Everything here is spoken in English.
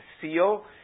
seal